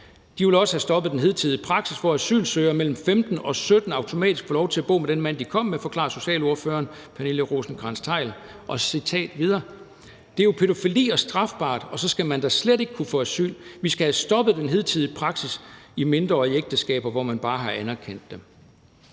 De ville også have stoppet den hidtidige praksis, hvor asylsøgere mellem 15 og 17 automatisk får lov til bo med den mand, de kom med, forklarede socialordføreren, fru Pernille Rosenkrantz Theil. Og videre lød det: »Det er jo pædofili og strafbart, og så skal man da slet ikke kunne få asyl. Vi skal have stoppet den hidtidige praksis med mindreårige i ægteskaber, hvor man bare har anerkendt dem.«